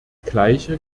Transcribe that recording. gleiche